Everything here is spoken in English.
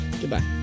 goodbye